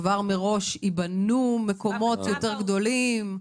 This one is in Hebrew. מראש כבר ייבנו מקומות יותר גדולים?